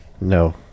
no